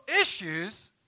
issues